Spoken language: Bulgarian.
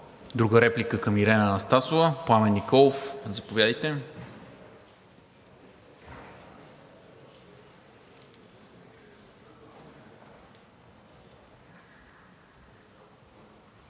Друга реплика към Ирена Анастасова? Пламен Николов. Заповядайте.